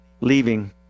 leaving